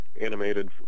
animated